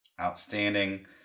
outstanding